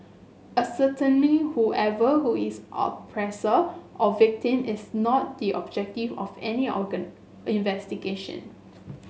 ascertaining whoever who is oppressor or victim is not the objective of any organ investigation